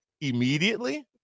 immediately